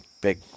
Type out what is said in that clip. Big